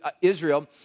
Israel